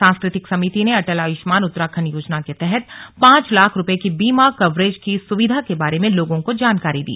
सांस्कृतिक समिति ने अटल आयुष्मान उत्तराखण्ड योजना के तहत पांच लाख रूपये की बीमा कवरेज की सुविधा के बारे में लोगों को जानकारी दी